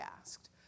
asked